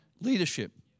leadership